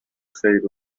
خیر